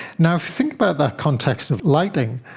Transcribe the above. now, think about that context of lighting.